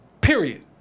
Period